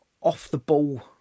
off-the-ball